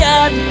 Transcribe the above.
God